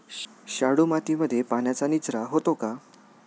शाडू मातीमध्ये पाण्याचा निचरा होतो का?